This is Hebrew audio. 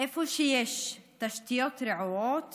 איפה שיש תשתיות רעועות